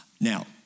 Now